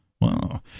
Wow